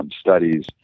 studies